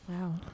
Wow